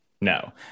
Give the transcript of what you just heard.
No